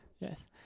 Yes